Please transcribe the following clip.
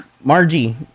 Margie